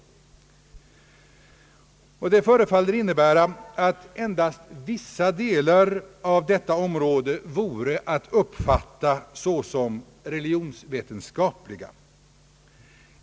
Det förefaller innebära att endast vissa delar av detta område vore att uppfatta såsom »religionsvetenskapliga».